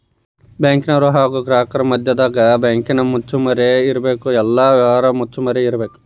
ಬ್ಯಾಂಕಿನರು ಹಾಗು ಗ್ರಾಹಕರ ಮದ್ಯದಗ ಬ್ಯಾಂಕಿನ ಮುಚ್ಚುಮರೆ ಇರಬೇಕು, ಎಲ್ಲ ವ್ಯವಹಾರ ಮುಚ್ಚುಮರೆ ಇರಬೇಕು